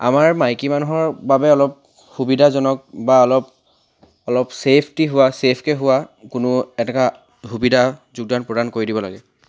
আমাৰ মাইকী মানুহৰ বাবে অলপ সুবিধাজনক বা অলপ অলপ ছেফ্টি হোৱা ছেফকৈ হোৱা কোনো এটা সুবিধা যোগদান প্ৰদান কৰি দিব লাগে